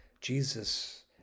Jesus